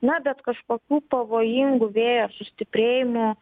na bet kažkokių pavojingų vėjo sustiprėjimų